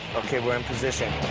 ok, we're in position.